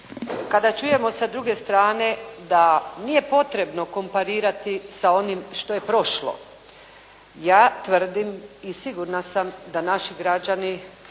Kada čujemo s druge strane da nije potrebno komparirati sa onim što je prošlo, ja tvrdim i sigurna sam da naši građani